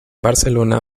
barcelona